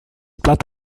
blatt